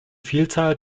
vielzahl